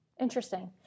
interesting